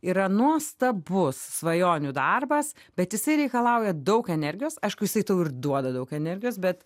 yra nuostabus svajonių darbas bet jisai reikalauja daug energijos aišku jisai ir duoda daug energijos bet